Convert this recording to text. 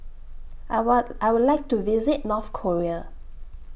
I I Would like to visit North Korea